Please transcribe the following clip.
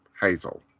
Hazel